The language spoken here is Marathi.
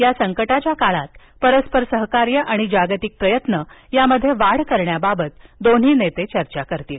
या संकटाच्या काळात परस्पर सहकार्य आणि जागतिक प्रयत्न यामध्ये वाढ करण्याबाबत दोन्ही नेते चर्चा करतील